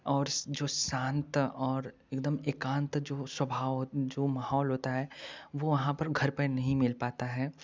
और जो शांत और एकदम एकांत जो स्वभाव जो माहौल होता है वह वहाँ पर घर पर नहीं मिल पाता है